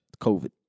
COVID